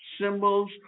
symbols